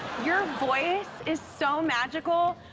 your voice is so magical.